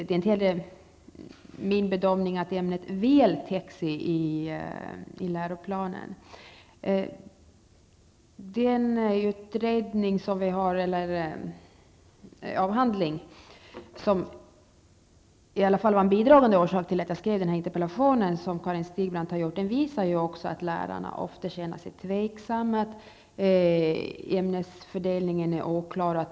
Det är inte heller min bedömning att ämnet väl täcks i läroplanen. Den avhandling som Karin Stigbrand har gjort och som var en bidragande orsak till att jag framställde den här interpellationen visar ju också att lärarna ofta känner sig tveksamma och att ämnesfördelningen är oklar.